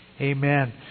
Amen